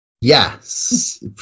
yes